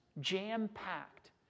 Jam-packed